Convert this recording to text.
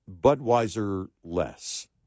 Budweiser-less